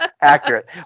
Accurate